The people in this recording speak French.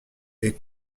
est